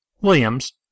Williams